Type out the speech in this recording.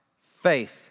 faith